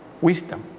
wisdom